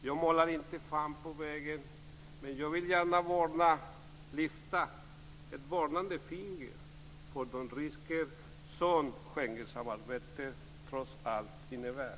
Jag målar inte fan på väggen, men jag vill gärna lyfta ett varnande finger för de risker som Schengensamarbetet trots allt innebär.